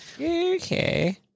Okay